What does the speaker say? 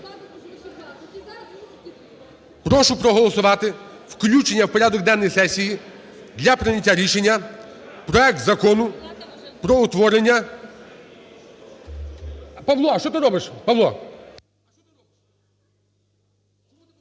Прошу проголосувати включення в порядок денний сесії для прийняття рішення проект Закону про утворення… Павло, що ти робиш?